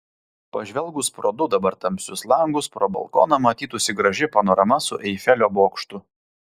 pažvelgus pro du dabar tamsius langus pro balkoną matytųsi graži panorama su eifelio bokštu